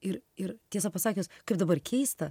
ir ir tiesą pasakius kaip dabar keista